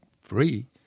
free